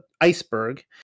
iceberg